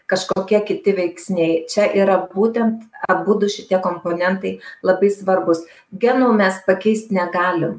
kažkokie kiti veiksniai čia yra būtent abudu šitie komponentai labai svarbūs genų mes pakeist negalim